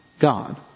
God